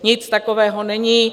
Nic takového není.